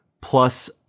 plus